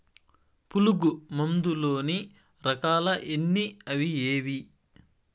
పులుగు మందు లోని రకాల ఎన్ని అవి ఏవి?